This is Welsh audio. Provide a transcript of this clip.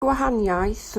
gwahaniaeth